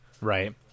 right